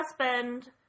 husband